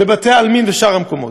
בבתי-עלמין ובשאר המקומות?